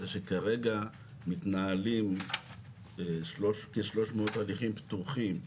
זה שכרגע מתנהלים כ-300 הליכים פתוחים.